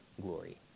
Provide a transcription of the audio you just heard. glory